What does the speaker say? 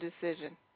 decision